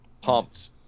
pumped